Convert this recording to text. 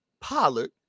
Pollard